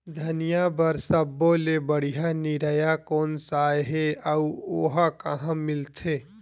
धनिया बर सब्बो ले बढ़िया निरैया कोन सा हे आऊ ओहा कहां मिलथे?